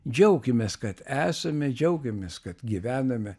džiaukimės kad esame džiaugiamės kad gyvename